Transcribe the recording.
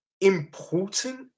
important